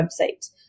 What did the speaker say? website